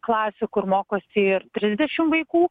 klasių kur mokosi ir trisdešim vaikų